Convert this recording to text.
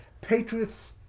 Patriots